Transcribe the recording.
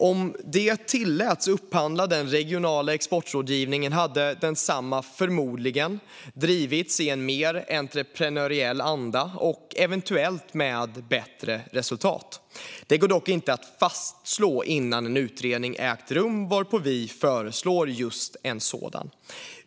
Om de tilläts upphandla den regionala exportrådgivningen hade densamma förmodligen drivits i en mer entreprenöriell anda och eventuellt med bättre resultat. Det går dock inte att fastslå innan en utredning ägt rum, varför vi föreslår just en sådan.